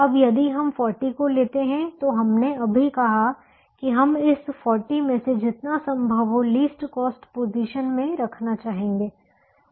अब यदि हम 40 को लेते हैं तो हमने अभी कहा कि हम इस 40 में से जितना संभव हो लीस्ट कॉस्ट पोजीशन में रखना चाहेंगे